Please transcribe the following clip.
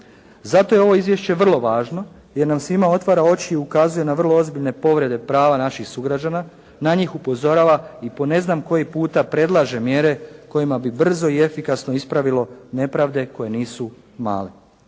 Zato je ovo Izvješće vrlo važno, jer nam svima otvara oči i ukazuje na vrlo ozbiljne povrede prava naših sugrađana, na njih upozorava i po ne znam koji puta predlaže mjere kojima bi brzo i efikasno ispravilo nepravde koje nisu male.